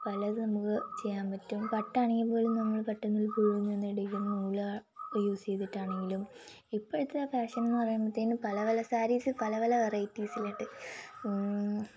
പലത് നമുക്ക് ചെയ്യാൻ പറ്റും പട്ടാണെങ്കിൽപ്പോലും നമ്മൾ പട്ടുനൂൽ പുഴുവിൽ നിന്ന് എടുക്കുന്ന നൂലാണ് യൂസ് ചെയ്തിട്ടാണെങ്കിലും ഇപ്പോഴത്തെ ഫാഷൻ എന്നു പറയുന്നത് ഇനി പല പല സാരീസ് പല പല വെറൈറ്റീസിലുണ്ട്